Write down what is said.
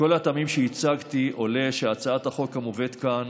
מכל הטעמים שהצגתי עולה שהצעת החוק שמובאת כאן